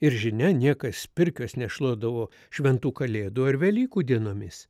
ir žinia niekas pirkios nešluodavo šventų kalėdų ar velykų dienomis